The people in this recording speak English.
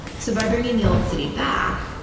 so by burning the old city back,